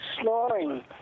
snoring